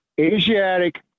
Asiatic